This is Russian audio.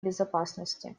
безопасности